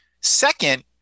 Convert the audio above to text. Second